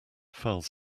fouls